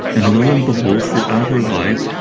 and lo and behold throughout her life,